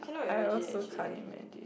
I also can't imagine